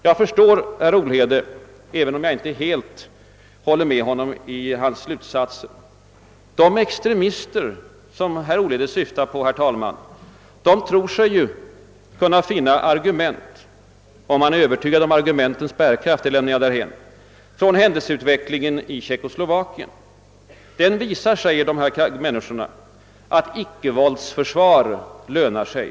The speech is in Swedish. Jag förstår väl herr Olhede, även om jag inte helt håller med honom i hans slutsatser. De extremister, som herr Olhede syftar på, tror sig ju kunna finna argument — om man är övertygad om argumentens bärkraft lämnar jag därhän — från händelseutvecklingen i Tjeckoslovakien. Den visar, säger dessa människor, att icke-våldsförsvar lönar sig.